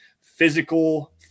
physical